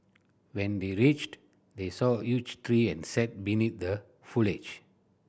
when they reached they saw a huge tree and sat beneath the foliage